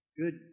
good